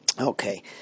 Okay